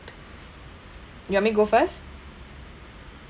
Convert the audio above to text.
you want me go first